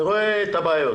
אני רואה את הבעיות